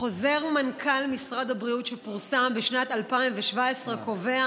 חוזר מנכ"ל משרד הבריאות שפורסם בשנת 2017 קובע